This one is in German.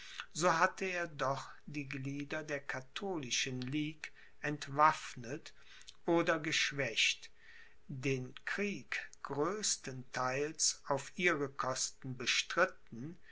so hatte er doch die glieder der katholischen ligue entwaffnet oder geschwächt den krieg größtenteils auf ihre kosten bestritten